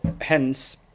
hence